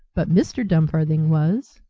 but mr. dumfarthing was.